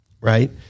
Right